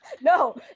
No